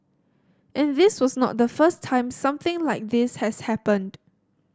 and this was not the first time something like this has happened